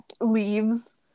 Leaves